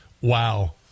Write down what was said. wow